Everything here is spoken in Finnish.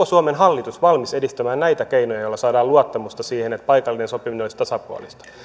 suomen hallitus valmis edistämään näitä keinoja joilla saadaan luottamusta siihen että paikallinen sopiminen olisi tasapuolista